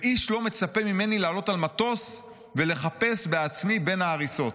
ואיש לא מצפה ממני לעלות על מטוס ולחפש בעצמי בין ההריסות.